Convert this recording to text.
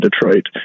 Detroit